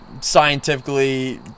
scientifically